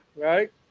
right